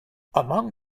among